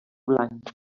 blanc